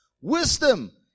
Wisdom